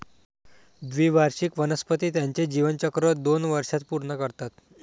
द्विवार्षिक वनस्पती त्यांचे जीवनचक्र दोन वर्षांत पूर्ण करतात